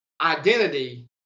identity